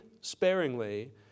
sparingly